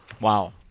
wow